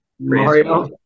Mario